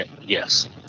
Yes